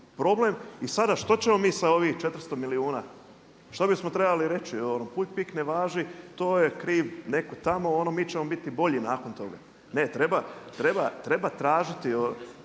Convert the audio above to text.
problem. I sada, što ćemo mi sada sa ovih 400 milijuna, što bismo trebali reći ono 2puj pik ne važi“, to je kriv netko tamo, mi ćemo biti bolji nakon toga. Ne, treba, treba